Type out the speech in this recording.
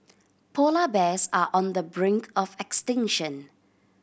polar bears are on the brink of extinction